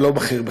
ולא בכיר בכ"ף.